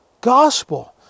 gospel